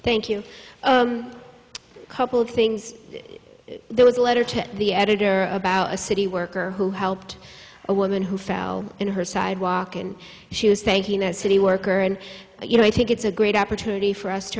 thank you couple of things there was a letter to the editor of about a city worker who helped a woman who fell on her sidewalk and she was thanking a city worker and you know i think it's a great opportunity for us to